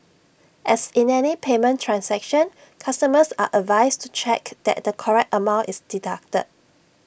as in any payment transaction customers are advised to check that the correct amount is deducted